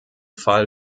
fall